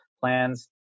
plans